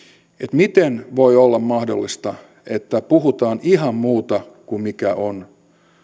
miten voi olla mahdollista että puhutaan ihan muuta kuin mikä on